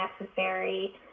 necessary